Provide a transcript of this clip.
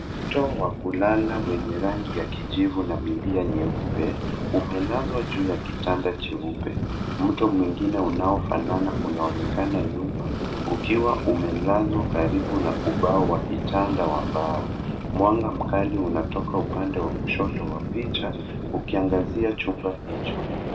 Mto wa kulala wenye rangi ya kijivu na milia nyeupe umelazwa juu ya kitanda cheupe. Mto mwingine unaofanana unaonekana nyuma ukiwa umelazwa karibu na ubao wa kitanda wa mbao. Mwanga mkali unatoka upande wa kushoto wa picha ukiangazia chumba hicho.